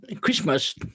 Christmas